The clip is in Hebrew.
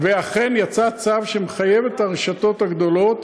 ואכן יצא צו שמחייב את הרשתות הגדולות,